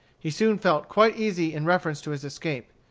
he soon felt quite easy in reference to his escape.